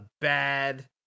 bad